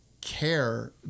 care